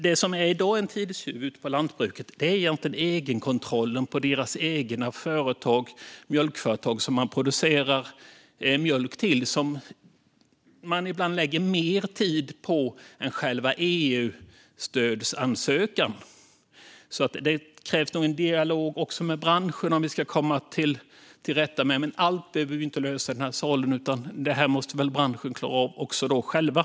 Det som i dag är en tidstjuv för lantbruket är egentligen egenkontrollen på deras egna mjölkföretag - dem som man producerar mjölk till. Detta lägger man ibland mer tid på än på själva EU-stödsansökan. Det krävs nog en dialog också med branschen om vi ska komma till rätta med detta. Men allt behöver vi inte lösa i den här salen, utan det här måste väl branschen också kunna klara av själva.